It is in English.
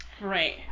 Right